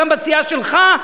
גם בסיעה שלך,